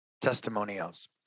testimonials